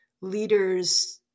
leaders